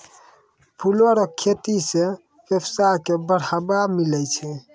फूलो रो खेती से वेवसाय के बढ़ाबा मिलै छै